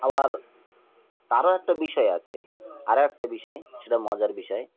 আবার তারও একটা বিষয় আছে আরও একটা বিষয় সেটা মজার বিষয়